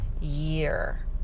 year